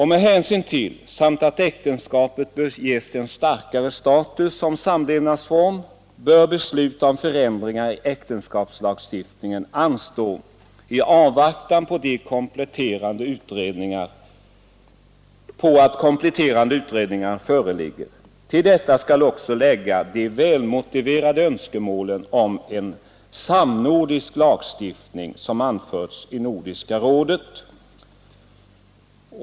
Med hänsyn därtill samt till att äktenskapet bör ges en starkare status som samlevnadsform bör beslut om ändringar i äktenskapslagstiftningen anstå i avvaktan på att kompletterande utredningar föreligger. Till detta skall också läggas de välmotiverade önskemålen om en samnordisk lagstiftning som anförts i Nordiska rådet.